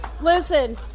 listen